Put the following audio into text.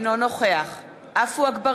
טלב אבו עראר, אינו נוכח עפו אגבאריה,